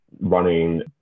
running